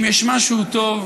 פשוט.